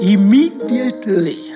Immediately